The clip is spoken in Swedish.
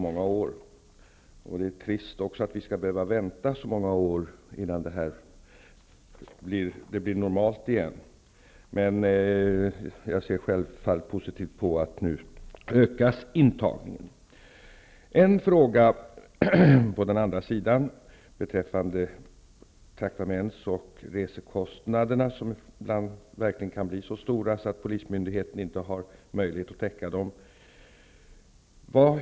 Det är också trist att vi skall behöva vänta så många år innan det blir normalt igen. Men jag ser självfallet positivt på att intagningen nu ökas. Traktaments och resekostnaderna kan verkligen ibland bli så höga att polismyndigheten inte kan täcka dem.